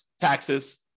taxes